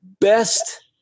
best